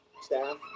staff